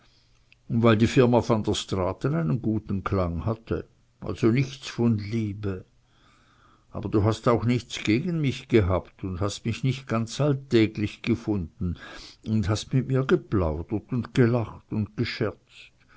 und weil die firma van der straaten einen guten klang hatte also nichts von liebe aber du hast auch nichts gegen mich gehabt und hast mich nicht ganz alltäglich gefunden und hast mit mir geplaudert und gelacht und gescherzt